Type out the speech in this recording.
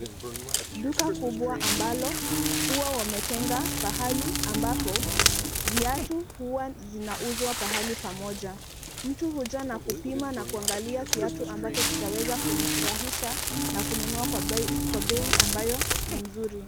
Duka kubwa ambalo hua wametengwa mahali ambapo viatu hua zinauzwa mahali pamoja. Mtu huja na kupima na kuangalia kiatu ambacho kitaweza kumfurahisha na kununua kwa bei ambayo ni mzuri.